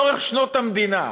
לאורך שנות המדינה,